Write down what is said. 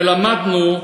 ולמדנו,